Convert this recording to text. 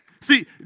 See